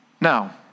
Now